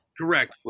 Correct